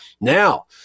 Now